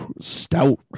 Stout